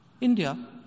India